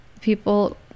people